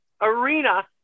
arena